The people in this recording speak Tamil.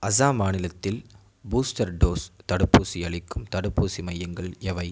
அசாம் மாநிலத்தில் பூஸ்டர் டோஸ் தடுப்பூசி அளிக்கும் தடுப்பூசி மையங்கள் எவை